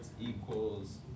equals